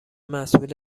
مسئول